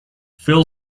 phil